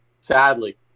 Sadly